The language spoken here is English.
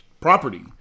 property